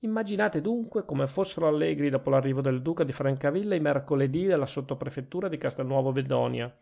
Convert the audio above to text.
immaginate dunque come fossero allegri dopo l'arrivo del duca di francavilla i mercoledì della sottoprefettura di castelnuovo bedonia